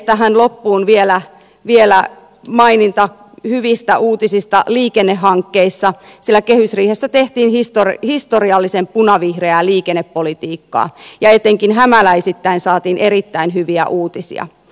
tähän loppuun vielä maininta hyvistä uutisista liikennehankkeissa sillä kehysriihessä tehtiin historiallisen punavihreää liikennepolitiikkaa ja etenkin hämäläisittäin saatiin erittäin hyviä uutisia